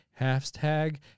Hashtag